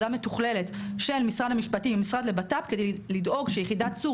מתוכללת של משרד המשפטים והמשרד לביטחון לאומי כדי לדאוג שיחידת צור